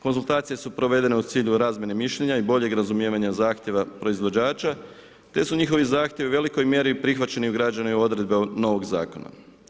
Konzultacije su provedene u cilju razmjene mišljenja i boljeg razumijevanja zahtjeva proizvođača te su njihovi zahtjevi u velikoj mjeri prihvaćeni i ugrađeni u odredbe novog zakona.